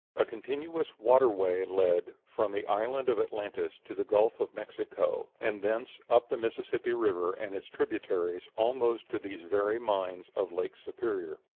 a continuous water-way led, from the island of atlantis to the gulf of mexico, and thence up the mississippi river and its tributaries almost to these very mines of lake superior.